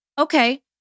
Okay